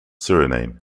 suriname